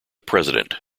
president